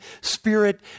spirit